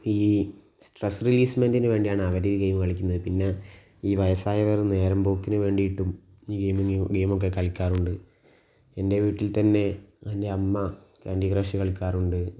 ഈ സ്ട്രെസ് റിലീസ്മെന്റിന് വേണ്ടിയാണ് അവർ ഈ ഈ ഗെയിം കളിക്കുന്നത് പിന്നെ ഈ വയസായാവര് നേരം പോക്കിന് വേണ്ടിയിട്ടും ഈ ഗെയിമിങ് ഈ ഗെയ്മൊക്കെ കളിക്കാറുണ്ട് എൻ്റെ വീട്ടിൽ തന്നെ എൻ്റെ അമ്മ കാന്റി ക്രഷ് കളിക്കാറുണ്ട്